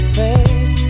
face